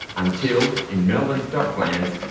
until in melbourne's docklands,